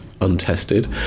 untested